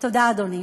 תודה, אדוני.